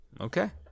okay